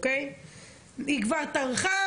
היא כבר טרחה